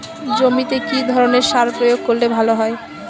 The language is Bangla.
জমিতে কি ধরনের সার প্রয়োগ করলে ভালো হয়?